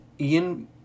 Ian